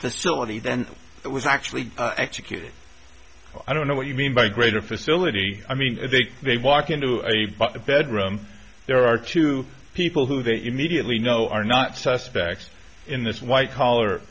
facility then that was actually executed i don't know what you mean by greater facility i mean i think they walk into the bedroom there are two people who they immediately know are not suspects in this white collar